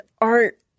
art